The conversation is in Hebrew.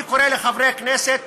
אני קורא לחברי הכנסת